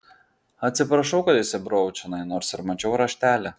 atsiprašau kad įsibroviau čionai nors ir mačiau raštelį